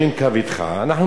אנחנו מכירים את המערכת.